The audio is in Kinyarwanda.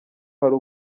hari